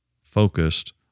focused